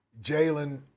Jalen